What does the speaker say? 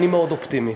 אני מאוד אופטימי.